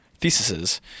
theses